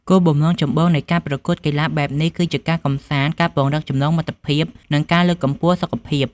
គោលបំណងចម្បងនៃការប្រកួតកីឡាបែបនេះ គឺជា ការកម្សាន្ត ការពង្រឹងចំណងមិត្តភាព និងការលើកកម្ពស់សុខភាព។